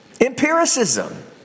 Empiricism